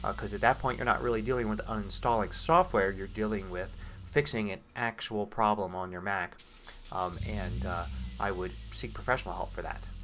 ah at that point you're not really dealing with uninstalling software. you're dealing with fixing an actual problem on your mac and i would seek professional help for that.